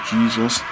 Jesus